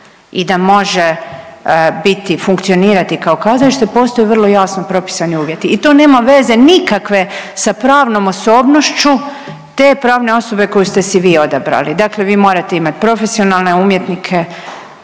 i da može biti, funkcionirati kao kazalište postoje vrlo jasno propisani uvjeti i to nema veze nikakve sa pravnom osobnošću te pravne osobe koju ste si vi odabrali. Dakle, vi morate imati profesionalne umjetnike